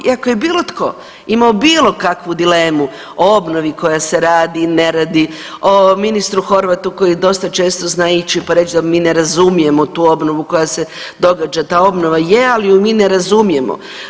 I ako je bilo tko imao bilo kakvu dilemu o obnovi koja se radi, ne radi, o ministru Horvatu koji dosta često zna ići pa reći da mi ne razumijemo tu obnovu koja se događa, ta obnova je ali je mi ne razumijemo.